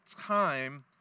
time